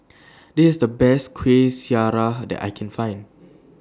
This IS The Best Kueh Syara that I Can Find